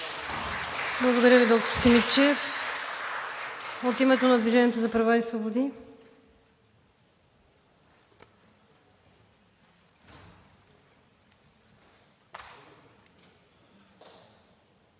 Благодаря Ви, доктор Симидчиев. От името на „Движението за права и свободи“?